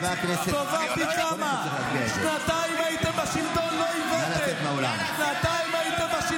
תראה לי על פי איזה סעיף אתה מנעת ממני להצביע?